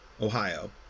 Ohio